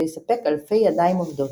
ויספק אלפי ידיים עובדות.